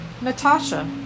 Natasha